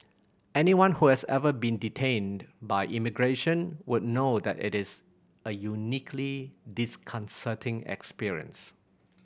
anyone who has ever been detained by immigration would know that it is a uniquely disconcerting experience